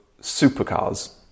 supercars